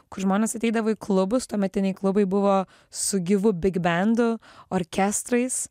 kur žmonės ateidavo į klubus tuometiniai klubai buvo su gyvu bigbendu orkestrais